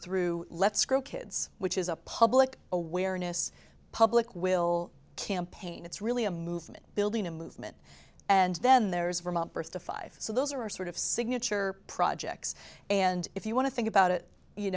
through let's grow kids which is a public awareness public will campaign it's really a movement building a movement and then there's vermont birth to five so those are sort of signature projects and if you want to think about it you